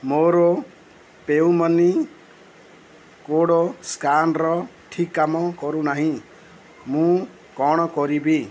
ମୋର PayU money code scanner ଠିକ୍ କାମ କରୁନାହିଁ ମୁଁ କ'ଣ କରିବି